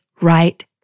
right